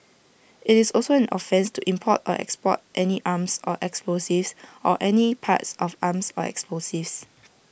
IT is also an offence to import or export any arms or explosives or any parts of arms or explosives